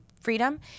freedom